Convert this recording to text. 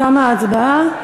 תמה ההצבעה.